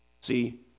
See